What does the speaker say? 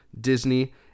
Disney